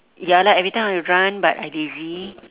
ya lah everytime I run but I lazy